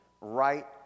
right